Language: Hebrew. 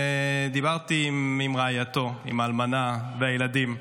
דיברתי עם רעייתו, עם האלמנה והילדים.